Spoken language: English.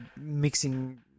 mixing